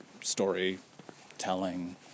storytelling